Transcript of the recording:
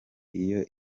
iyo